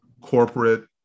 corporate